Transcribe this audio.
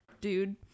dude